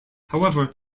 however